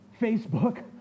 Facebook